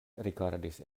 rigardis